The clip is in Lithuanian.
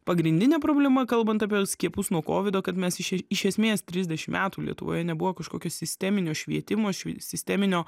pagrindinė problema kalbant apie skiepus nuo kovido kad mes iš iš esmės trisdešimt metų lietuvoje nebuvo kažkokio sisteminio švietimo ši sisteminio